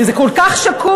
הרי זה כל כך שקוף.